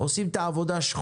בלי לתת את זה פעמיים לשתי